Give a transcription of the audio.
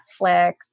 Netflix